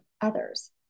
others